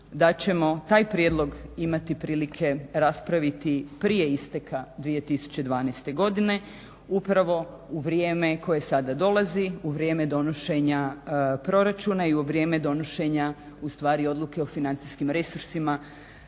ćemo taj prijedlog imati prilike raspraviti prije isteka 2012.godine upravo u vrijeme koje sada dolazi u vrijeme donošenja proračuna i u vrijeme donošenja proračuna i u vrijeme donošenja ustvari odluke o financijskim resursima